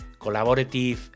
collaborative